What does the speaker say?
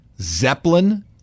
Zeppelin